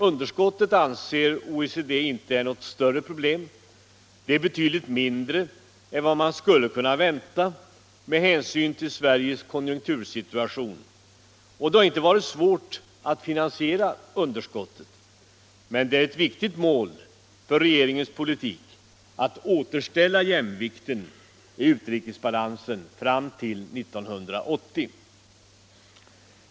Underskottet anser OECD inte är något större problem. Det är betydligt mindre än vad man skulle kunna vänta med hänsyn till Sveriges konjunktursituation, och det har inte varit svårt att finansiera underskottet. Men det är ett viktigt mål för regeringens politik att återställa jämvikten i utrikesbetalningarna fram till 1980.